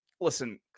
Listen